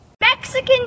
Mexican